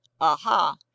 aha